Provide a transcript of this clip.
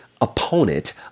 opponent